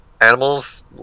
animals